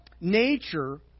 nature